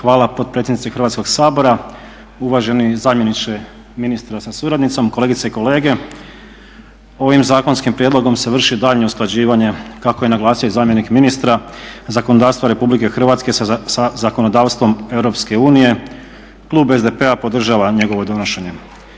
Hvala potpredsjednice Hrvatskog sabora. Uvaženi zamjeniče ministra sa suradnicom, kolegice i kolege ovim zakonskim prijedlogom se vrši daljnje usklađivanje kako je naglasio i zamjenik ministra zakonodavstvo RH sa zakonodavstvom EU. Klub SDP-a podržava njegovo donošenje.